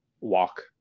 Walk